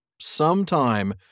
Sometime